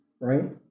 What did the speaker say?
right